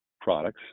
products